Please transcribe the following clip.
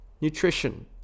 nutrition